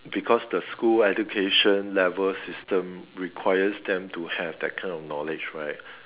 because the school education level system requires them to have that kind of knowledge right